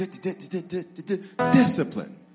Discipline